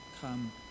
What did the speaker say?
come